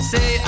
Say